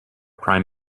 prime